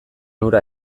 hura